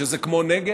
שזה כמו נגד.